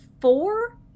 four